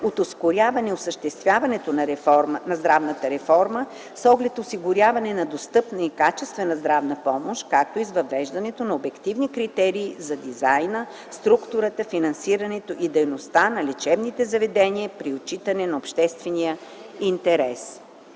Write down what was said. от ускоряване осъществяването на здравната реформа с оглед осигуряване на достъпна и качествена здравна помощ, както и с въвеждането на обективни критерии за дизайна, структурата, финансирането и дейността на лечебните заведения при отчитане на обществения интерес.